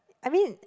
I mean